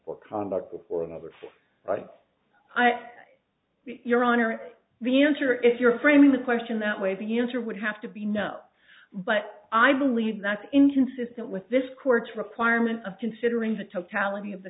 for conduct before another like i say your honor the answer if you're framing the question that way the user would have to be no but i believe that's inconsistent with this court's requirement of considering the totality of the